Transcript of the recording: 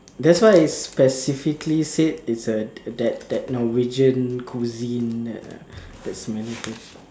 that's why I specifically said it's a that that Norwegian cuisine uh that smelly fish